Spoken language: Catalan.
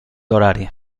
horari